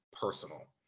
personal